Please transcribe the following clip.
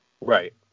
Right